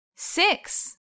six